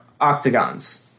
octagons